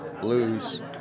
blues